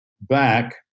back